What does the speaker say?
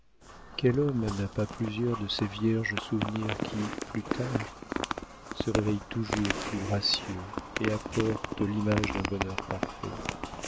quel homme n'a pas plusieurs de ces vierges souvenirs qui plus tard se réveillent toujours plus gracieux et apportent l'image d'un bonheur parfait